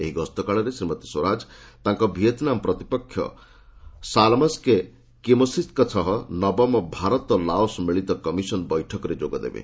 ଏହି ଗସ୍ତ କାଳରେ ଗ୍ରୀମୀଣ ସ୍ୱରାଜ ତାଙ୍କ ଭିଏତନାମା ପ୍ରତିପକ୍ଷ ସାଲମସ୍କୋ କିସୋସିଥିଙ୍କ ସହ ନବମ ଭାରତ ଲାଓସ ମିଳିତ କମିଶନ ବୈଠକରେ ଯୋଗଦେବେ